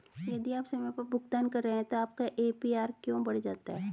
यदि आप समय पर भुगतान कर रहे हैं तो आपका ए.पी.आर क्यों बढ़ जाता है?